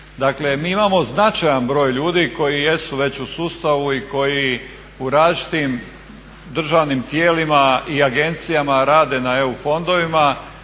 Dakle mi imamo značajan broj ljudi koji jesu već u sustavu i koji u različitim državnim tijelima i agencijama rade na EU fondovima.